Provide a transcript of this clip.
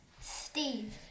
Steve